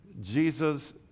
Jesus